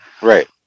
Right